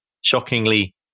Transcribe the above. shockingly